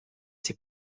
ses